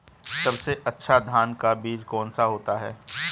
सबसे अच्छा धान का बीज कौन सा होता है?